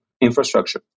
infrastructure